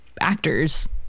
actors